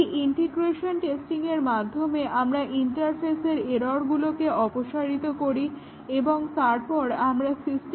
এই ইন্টিগ্রেশন টেস্টিংয়ের মাধ্যমে আমরা ইন্টারফেসের এররগুলোকে অপসারিত করি এবং তারপর আমরা সিস্টেম টেস্টিং সম্পাদন করি